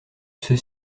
ceux